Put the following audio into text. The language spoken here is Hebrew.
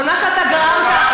אבל מה שאתה גרמת,